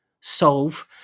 solve